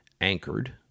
anchored